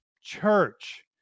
church